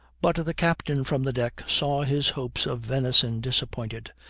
but the captain, from the deck, saw his hopes of venison disappointed,